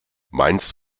meinst